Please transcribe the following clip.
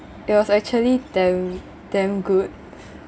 it was actually damn damn good